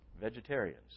vegetarians